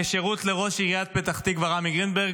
כשירות לראש עיריית פתח תקווה רמי גרינברג,